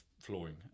flooring